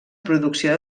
producció